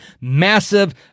massive